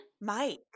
Mike